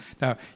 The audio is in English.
Now